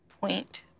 point